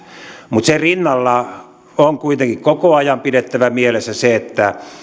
mutta sen rinnalla on kuitenkin koko ajan pidettävä mielessä se että